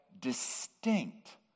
distinct